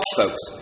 folks